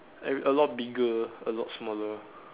a a lot bigger a lot smaller